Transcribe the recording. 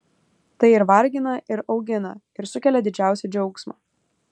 tai ir vargina ir augina ir sukelia didžiausią džiaugsmą